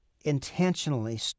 intentionally